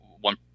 one